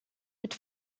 mit